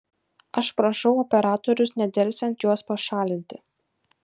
aš prašau operatorius nedelsiant juos pašalinti